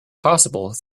possible